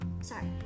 sorry